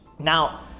Now